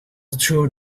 threw